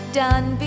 done